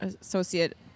associate